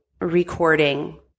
recording